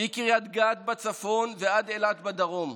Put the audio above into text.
מקריית גת בצפון ועד אילת בדרום,